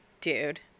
Dude